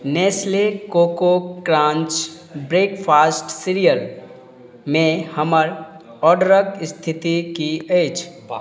Nestle Koko Krunch breakfast सीरियलमे हमर ऑर्डरक स्थिति की अछि